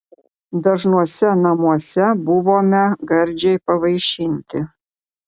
dažnuose namuose buvome gardžiai pavaišinti